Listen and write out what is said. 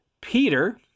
Peter